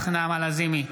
נוכח נעמה לזימי,